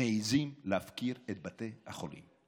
מעיזים להפקיר את בתי החולים?